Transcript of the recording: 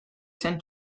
zen